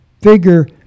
figure